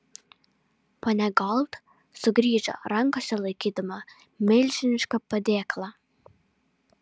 ponia gold sugrįžo rankose laikydama milžinišką padėklą